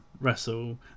wrestle